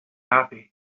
happy